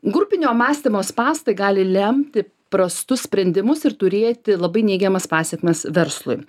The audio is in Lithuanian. grupinio mąstymo spąstai gali lemti prastus sprendimus ir turėti labai neigiamas pasekmes verslui